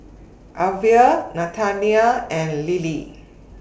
Elvia Nathanial and Lily